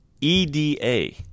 EDA